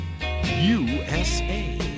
USA